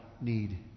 need